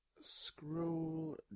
scroll